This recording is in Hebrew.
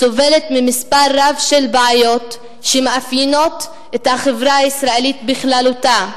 סובלת ממספר רב של בעיות שמאפיינות את החברה הישראלית בכללותה,